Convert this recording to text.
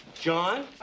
John